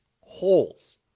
holes